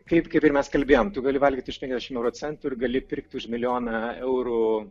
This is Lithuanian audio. kaip kaip ir mes kalbėjom tu gali valgyti už penkiasdešimt euro centų ir gali pirkti už milijoną eurų